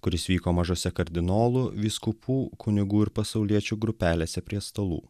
kuris vyko mažose kardinolų vyskupų kunigų ir pasauliečių grupelėse prie stalų